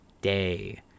day